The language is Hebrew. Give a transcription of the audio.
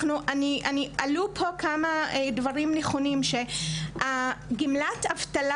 עלו פה כמה דברים נכונים גמלת האבטלה